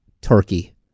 Turkey